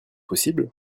possible